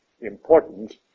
important